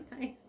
nice